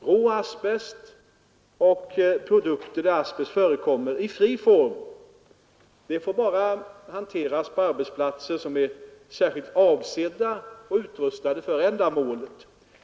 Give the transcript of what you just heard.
Rå asbest och produkter där asbest förekommer i fri form får bara hanteras på arbetsplatser som är särskilt avsedda och utrustade för ändamålet.